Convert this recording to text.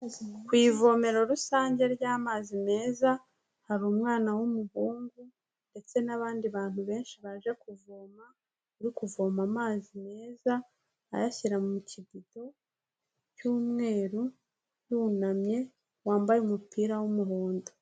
Ku ivomero rusange ry'amazi meza hari umwana w'umuhungu ndetse n'abandi bantu benshi baje kuvoma no kuvoma amazi meza, ayashyira mu kidito cy'umweru yunamye; wambaye umupira w'umuhondo.